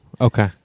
Okay